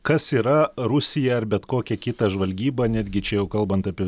kas yra rusija ar bet kokia kita žvalgyba netgi čia jau kalbant apie